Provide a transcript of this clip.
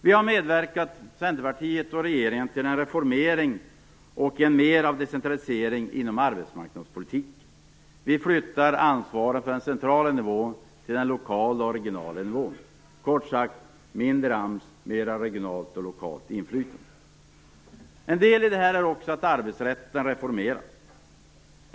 Vi - Centerpartiet och regeringen - har medverkat till en reformering och mer av decentralisering inom arbetsmarknadspolitiken. Ansvaret flyttas nu från den centrala nivån till den lokala och regionala nivån. Kort sagt: mindre AMS, mer av regionalt och lokalt inflytande. Arbetsrätten håller på att reformeras.